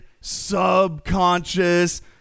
subconscious